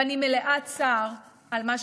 ואני מלאת צער על מה שפספסתי.